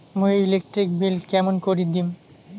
মুই electric bill কেমন করি দিম?